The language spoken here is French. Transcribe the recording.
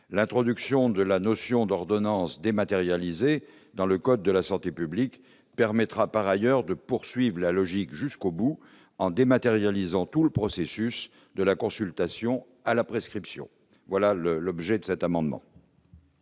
l'introduction de la notion d'ordonnance dématérialisée dans le code de la santé publique permettra par ailleurs de poursuivent la logique jusqu'au bout en dématérialise en tout le processus de la consultation à la prescription, voilà le l'objet de cet amendement.